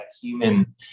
human